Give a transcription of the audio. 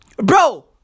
Bro